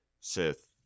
Sith